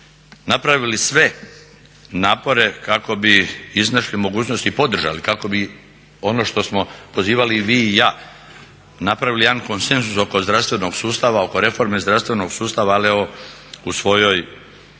napravili sve napore kako bi iznašli mogućnosti i podržali kako bi ono što smo pozivali i vi i ja napravili jedan konsenzus oko zdravstvenog sustava, oko reforme zdravstvenog sustava ali evo u svojoj raspravi